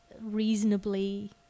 reasonably